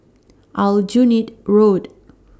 Aljunied Road